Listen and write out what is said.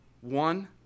One